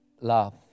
love